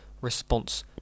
response